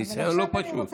זה ניסיון לא פשוט.